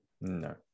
No